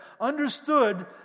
understood